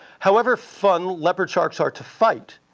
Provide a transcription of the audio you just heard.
however fun leopard sharks are to fight,